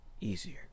easier